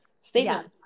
statement